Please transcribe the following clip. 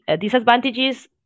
disadvantages